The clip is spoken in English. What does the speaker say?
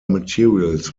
materials